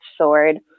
sword